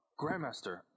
Grandmaster